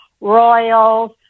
royals